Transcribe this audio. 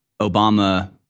Obama